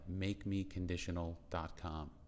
makemeconditional.com